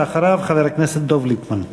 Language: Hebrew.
ואחריו, חבר הכנסת דב ליפמן.